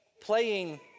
playing